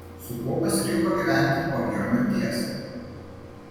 su kuo pasirinko gyventi po vyro mirties